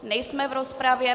Nejsme v rozpravě.